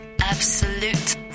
Absolute